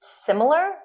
similar